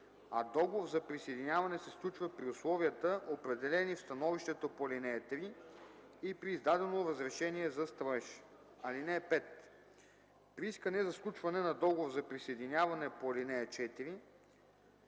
а договор за присъединяване се сключва при условията, определени в становището по ал. 3 и при издадено разрешение за строеж. (5) При искане за сключване на договор за присъединяване по ал. 4